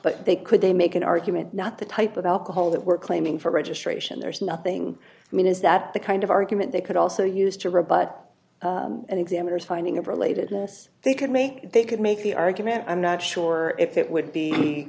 but they could they make an argument not the type of alcohol that we're claiming for registration there's nothing i mean is that the kind of argument they could also use to rebut examiners finding a relatedness they could make they could make the argument i'm not sure if it would be